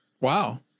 Wow